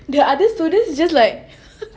the other students is just like